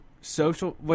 Social